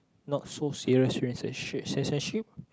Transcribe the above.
not so serious rela~ censorship